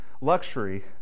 luxury